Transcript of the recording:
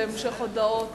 המשך הודעות